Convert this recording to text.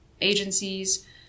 agencies